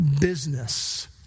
business